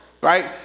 Right